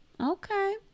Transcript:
Okay